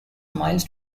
miles